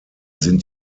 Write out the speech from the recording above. sind